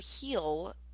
heal